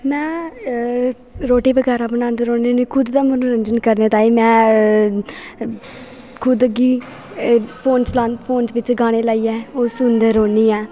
में रोटी बगैरा बनांदी रौह्नी होन्नी खुद दा मनोरंजन करने ताईं में खुद गी फोन चलां फोन च बिच्च गाने लाइयै ओह् सुनदी रौह्नी ऐं